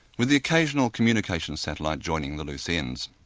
with the occasional communication satellite joining the loose ends.